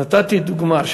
נתתי דוגמה,